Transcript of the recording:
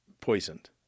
poisoned